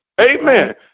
Amen